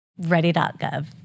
ready.gov